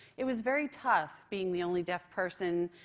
it was very tough being the only deaf person,